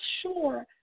sure